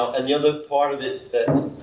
and the other part of it that.